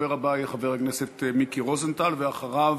הדובר הבא, חבר הכנסת מיקי רוזנטל, ואחריו,